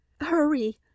Hurry